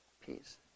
peace